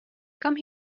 come